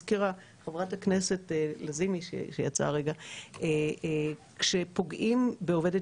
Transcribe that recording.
הזכירה חברת הכנסת לזימי שיצאה רגע שכשפוגעים בעובדת